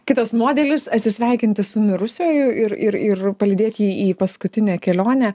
kitas modelis atsisveikinti su mirusiuoju ir ir ir palydėt jį į paskutinę kelionę